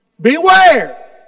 Beware